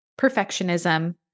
perfectionism